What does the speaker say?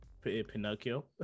pinocchio